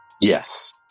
Yes